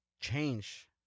change